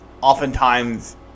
oftentimes-